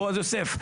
בועז יוסף'.